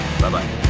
Bye-bye